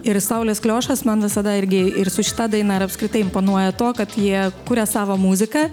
ir saulės kliošas man visada irgi ir su šita daina ir apskritai imponuoja tuo kad jie kuria savo muziką